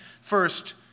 First